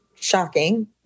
shocking